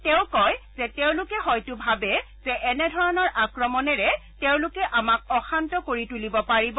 তেওঁ কয় যে তেওঁলোকে হয়তো ভাবে যে এনেধৰণৰ আক্ৰমণেৰে তেওঁলোকে আমাক অশান্ত কৰি তুলিব পাৰিব